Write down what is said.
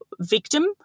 victim